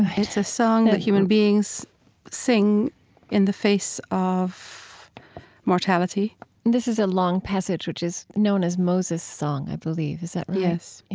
it's a song that human beings sing in the face of mortality this is a long passage, which is known as moses' song, i believe, is that right?